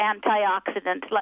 antioxidants